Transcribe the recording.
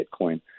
Bitcoin